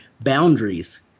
boundaries